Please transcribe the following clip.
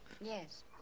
Yes